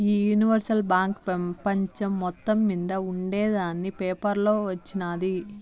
ఈ universal bank పెపంచం మొత్తం మింద ఉండేందని పేపర్లో వచిన్నాది